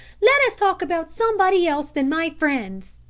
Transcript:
let us talk about somebody else than my friends.